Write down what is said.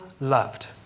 loved